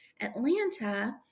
Atlanta